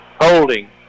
Holding